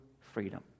freedom